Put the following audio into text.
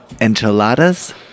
enchiladas